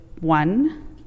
one